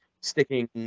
sticking